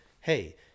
hey